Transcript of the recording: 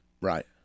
Right